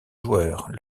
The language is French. joueur